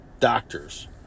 Doctors